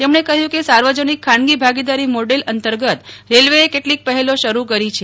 તેમણે કહ્યું કે સાર્વજનિક ખાનગી ભાગીદારી મોડલ અંતર્ગત રેલવેએ કેટલીક પહેલો શરૂ કરી છે